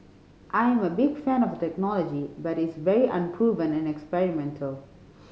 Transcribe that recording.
I am a big fan of the technology but it is very unproven and experimental